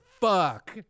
fuck